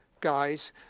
guys